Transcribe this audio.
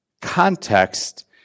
context